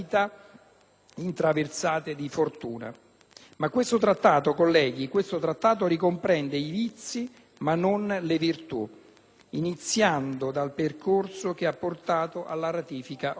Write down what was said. questo Trattato ricomprende i vizi ma non le virtù. Iniziando dal percorso che ha portato alla ratifica di oggi.